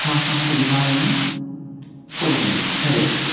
तासां परिपालनं कुर्वन् करोति